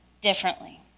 differently